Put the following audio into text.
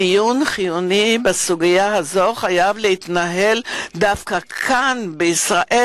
דיון חיוני בסוגיה הזו חייב להתנהל דווקא כאן בישראל,